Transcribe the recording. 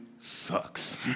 sucks